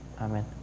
Amen